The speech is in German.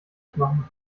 mitmachen